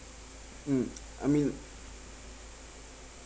mm I mean